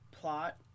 plot